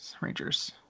Rangers